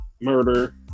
murder